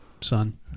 son